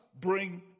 bring